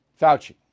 Fauci